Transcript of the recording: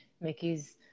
Mickey's